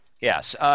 Yes